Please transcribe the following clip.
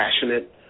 passionate